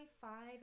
five